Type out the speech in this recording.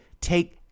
take